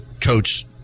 coach